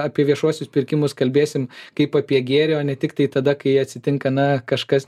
apie viešuosius pirkimus kalbėsim kaip apie gėrį o ne tiktai tada kai atsitinka na kažkas